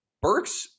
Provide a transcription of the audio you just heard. Burks